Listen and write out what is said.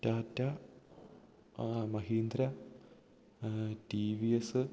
Tata Mahindra TVS